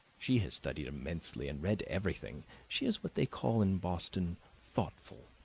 she has studied immensely and read everything she is what they call in boston thoughtful.